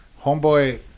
Homeboy